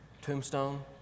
tombstone